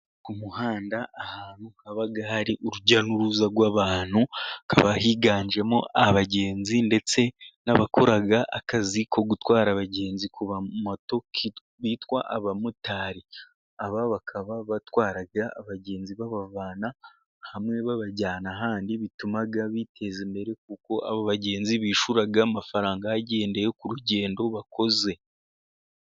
ku muhanda ahantu haba hari urujya n'uruza rw'abantu. Haba higanjemo abagenzi ndetse n'abakora akazi ko gutwara abagenzi ku moto bitwa abamotari, aba bakaba batwara abagenzi babavana hamwe babajyana ahandi bituma biteza imbere, kuko abo bagenzi bishyura amafaranga bagendeye ku rugendo bakoze.